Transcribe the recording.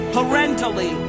parentally